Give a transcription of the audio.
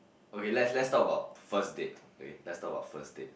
okay let's let's talk about first date okay let's talk about first date